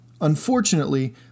Unfortunately